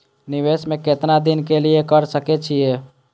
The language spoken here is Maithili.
निवेश में केतना दिन के लिए कर सके छीय?